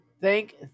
thank